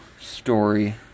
story